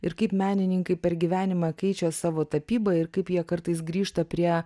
ir kaip menininkai per gyvenimą keičia savo tapybą ir kaip jie kartais grįžta prie